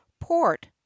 Port